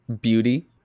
Beauty